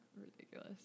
ridiculous